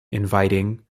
inviting